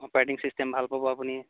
operating system ভাল পাব আপুনি